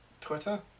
Twitter